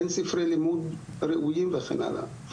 אין ספרי לימוד ראויים וכן הלאה.